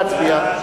נא להצביע.